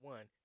One